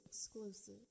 exclusive